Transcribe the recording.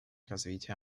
развития